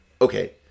okay